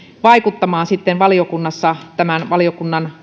vaikuttamaan valiokunnassa tämän valiokunnan